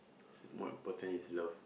more important is love